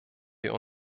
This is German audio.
wir